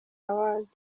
awards